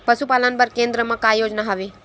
पशुपालन बर केन्द्र म का योजना हवे?